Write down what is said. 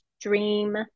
dream